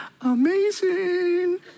amazing